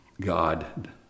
god